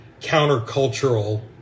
countercultural